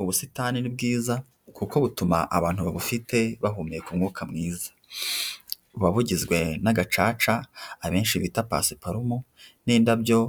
Ubusitani ni bwiza kuko butuma abantu babufite bahumeka umwuka mwiza, buba bugizwe n'agacaca abenshi bita pasiparumu n'indabyo